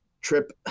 trip